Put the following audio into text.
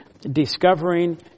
discovering